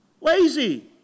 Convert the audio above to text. Lazy